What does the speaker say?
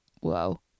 Whoa